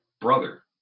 brother